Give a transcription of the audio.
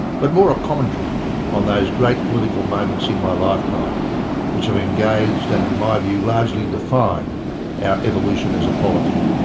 but more a commentary on those great political moments in my lifetime which have engaged and in my view largely defined our evolution as a polity.